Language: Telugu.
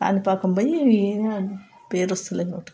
కాణిపాకం పోయి పేరు వస్తలేదు నోటికి అసలు